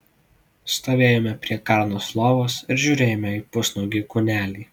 stovėjome prie karnos lovos ir žiūrėjome į pusnuogį kūnelį